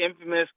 infamous